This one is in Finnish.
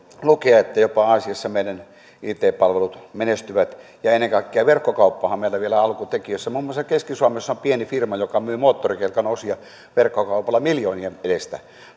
että jopa aasiassa meidän it palvelut menestyvät ja ennen kaikkea verkkokauppahan meillä on vielä alkutekijöissään muun muassa keski suomessa on pieni firma joka myy moottorikelkan osia verkkokaupalla miljoonien edestä